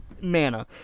mana